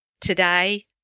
today